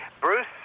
Bruce